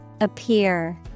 Appear